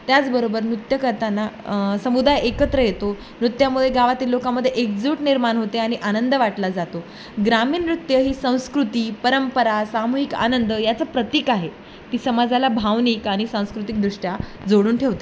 त्याचबरोबर नृत्य करताना समुदाय एकत्र येतो नृत्यामुळे गावातील लोकांमध्ये एकजूट निर्माण होते आणि आनंद वाटला जातो ग्रामीण नृत्य ही संस्कृती परंपरा सामूहिक आनंद याचं प्रतीक आहे ती समाजाला भावनिक आणि सांस्कृतिकदृष्ट्या जोडून ठेवते